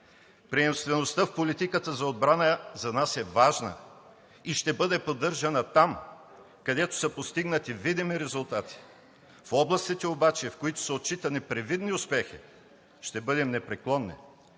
Приемствеността в политиката за отбрана за нас е важна и ще бъде поддържана там, където са постигнати видими резултати. В областите обаче, в които се отчитат непривидни успехи, ще бъдем непреклонни.